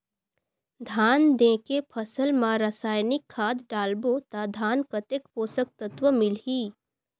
धान देंके फसल मा रसायनिक खाद डालबो ता धान कतेक पोषक तत्व मिलही?